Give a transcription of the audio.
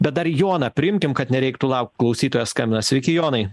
bet dar joną priimkim kad nereiktų laukt klausytojas skambina sveiki jonai